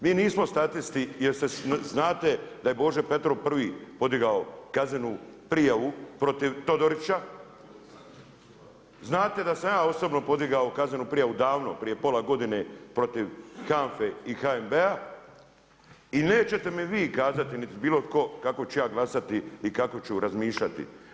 Mi nismo statisti jer znate da je Božo Petrov prvi podigao kaznenu prijavu protiv Todorića, znate da sam ja osobno podigao prijavu davno prije pola godine protiv HANFA-e i HNB-a, i neće mi vi kazati niti bilo tko kako ću ja glasati i kako ću razmišljati.